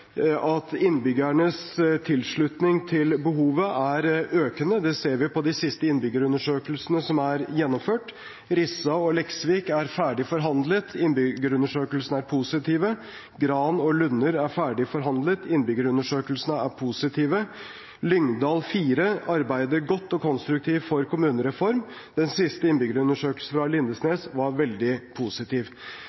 innbyggernes tilslutning til behovet er økende. Det ser vi på de siste innbyggerundersøkelsene som er gjennomført. Rissa og Leksvik er ferdig forhandlet – innbyggerundersøkelsene er positive, Gran og Lunner er ferdig forhandlet – innbyggerundersøkelsene er positive, Lyngdal 4 arbeider godt og konstruktivt for kommunereform – den siste innbyggerundersøkelsen fra Lindesnes var veldig positiv.